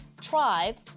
tribe